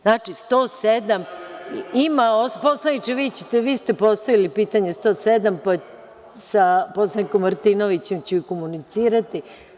Znači, 107. poslaniče, vi ste postavili pitanje, 107. sa poslanikom Martinovićem ću komunicirati.